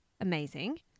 amazing